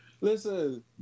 listen